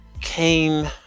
came